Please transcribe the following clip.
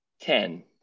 ten